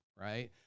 right